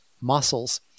muscles